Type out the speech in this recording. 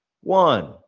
one